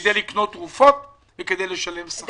כדי לקנות תרופות וכדי לשלם שכר.